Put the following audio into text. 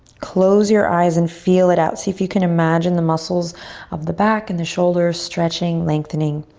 close your eyes and feel it out. see if you can imagine the muscles of the back and the shoulders stretching, lengthening.